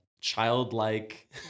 childlike